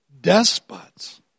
despots